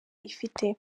ifite